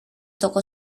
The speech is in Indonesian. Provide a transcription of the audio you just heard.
toko